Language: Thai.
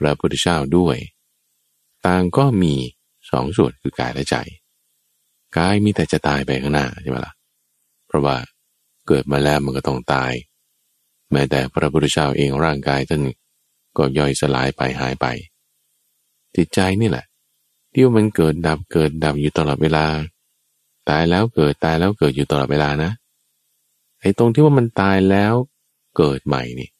พระพุทธเจ้าด้วย ต่างก็มีสองส่วนคือกายและใจ กายมีแต่จะตายไปข้างหน้าใช่ไหมล่ะ? เพราะว่าเกิดมาแล้วมันก็ต้องตาย แม้แต่พระพุทธเจ้าเองร่างกายท่านก็ย่อยสลายไปหายไป จิตใจนี่แหละที่ว่ามันเกิดดับเกิดดับอยู่ตลอดเวลา ตายแล้วเกิดตายแล้วเกิดอยู่ตลอดเวลานะ ไอ้ตรงที่ว่ามันตายแล้วเกิดใหม่นี่